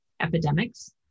epidemics